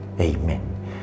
Amen